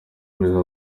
meza